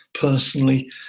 personally